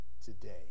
today